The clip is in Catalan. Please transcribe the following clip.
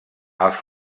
els